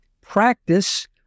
practice